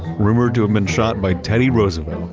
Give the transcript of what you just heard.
rumored to have been shot by teddy roosevelt,